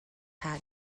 pad